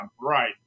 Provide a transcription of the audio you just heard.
Right